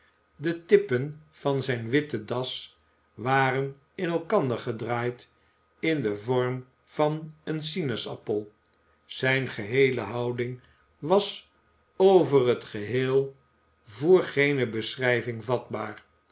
de tippen van zijne witte das waren in elkander gedraaid in den vorm van een sinaasappel zijne geheele houding was over t geheel voor geene beschrijving vatbaar